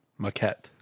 Maquette